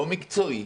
לא מקצועי,